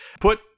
Put